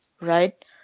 right